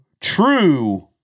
true